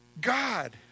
God